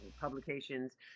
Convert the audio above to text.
publications